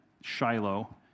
Shiloh